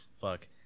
fuck